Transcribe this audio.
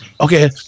okay